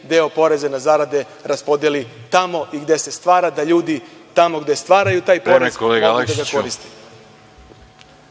deo poreza na zarade raspodeli tamo i gde se stvara da ljudi tamo gde stvaraju taj porez mogu i da ga koriste.